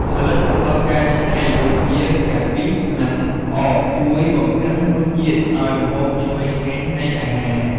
ផលិតផលកែច្នៃដូចជា កាពិ និងផ្អកជួយបង្កើនរសជាតិឱ្យម្ហូបឈ្ងុយឆ្ងាញ់នៃអាហារ។